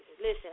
Listen